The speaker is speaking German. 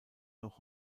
noch